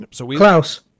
Klaus